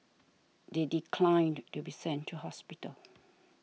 they declined to be sent to hospital